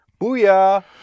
Booyah